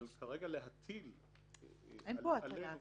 אבל כרגע להטיל עלינו --- אין פה הטלה.